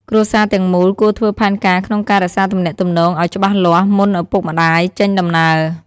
គ្រួសារទាំងមូលគួរធ្វើផែនការក្នុងការរក្សាទំនាក់ទំនងឲ្យច្បាស់លាស់ មុនឪពុកម្តាយចេញដំណើរ។